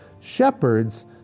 shepherds